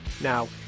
Now